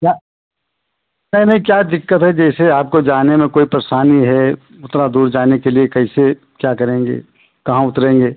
क्या नहीं नहीं क्या दिक्कत है जैसे आपको जाने में कोई परेशानी है उतना दूर जाने के लिए कैसे क्या करेंगे कहाँ उतरेंगे